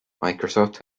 microsoft